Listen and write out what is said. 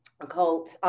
occult